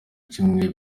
kimwe